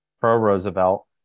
pro-Roosevelt